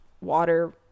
water